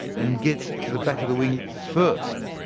and gets to the back of the wing first.